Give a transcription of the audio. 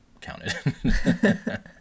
counted